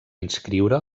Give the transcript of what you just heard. inscriure